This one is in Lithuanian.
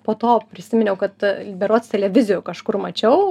po to prisiminiau kad berods televizijoj kažkur mačiau